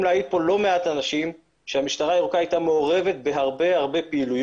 להעיד כאן לא מעט אנשים שהמשטרה הירוקה הייתה מעורבת בהרבה פעילויות